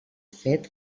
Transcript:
fet